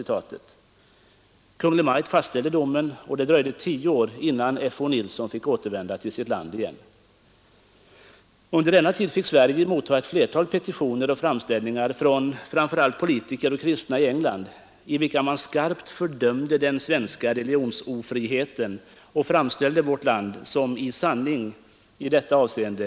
Kungl. Maj:t fastställde «domen, och det dröjde tio år innan F.-O. Nilsson fick återvända. Under den tiden fick Sverige mottaga ett flertal petitioner och framställningar från framför allt politiker och kristna i England, i vilka man skarpt fördömde den svenska religionsofriheten och framställde vårt land som i detta avseende ett veritabelt u-land.